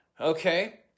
okay